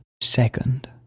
Second